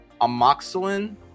amoxicillin